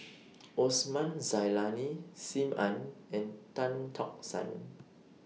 Osman Zailani SIM Ann and Tan Tock San